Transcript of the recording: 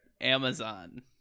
Amazon